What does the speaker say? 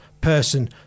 person